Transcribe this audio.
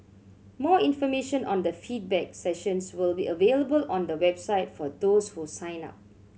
more information on the feedback sessions will be available on the website for those who sign up